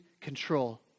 control